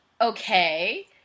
okay